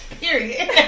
Period